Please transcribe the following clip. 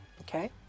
Okay